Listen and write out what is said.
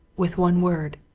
with one word.